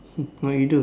what you do